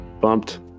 bumped